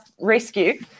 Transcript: rescue